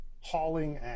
hauling